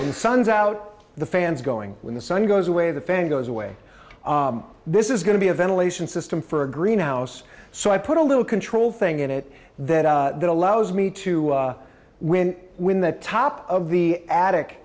it's the sun's out the fans going when the sun goes away the fan goes away this is going to be a ventilation system for a greenhouse so i put a little control thing in it that allows me to win when the top of the attic